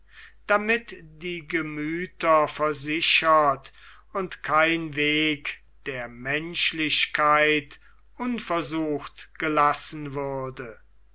damit die gemüther versichert und kein weg der menschlichkeit unversucht gelassen würde